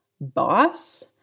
boss